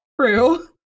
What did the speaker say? true